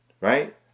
right